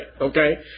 okay